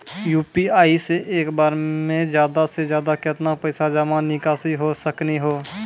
UPI से एक बार मे ज्यादा से ज्यादा केतना पैसा जमा निकासी हो सकनी हो?